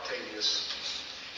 Octavius